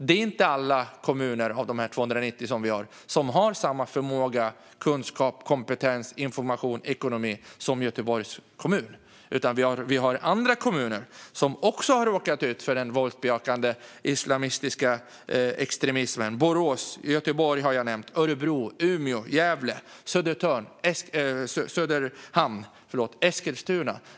Det är inte alla av våra 290 kommuner som har samma förmåga, kunskap, kompetens, information och ekonomi som Göteborgs kommun, utan vi har andra kommuner som också har råkat ut för den våldsbejakande islamistiska extremismen. Jag har nämnt Borås och Göteborg, och det gäller också Örebro, Umeå, Gävle, Söderhamn och Eskilstuna.